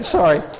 sorry